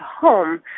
home